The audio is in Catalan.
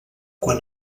quan